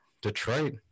Detroit